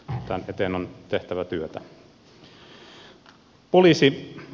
tämän eteen on tehtävä työtä